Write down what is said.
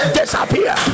disappear